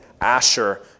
Asher